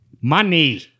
money